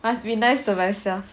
have to be nice to myself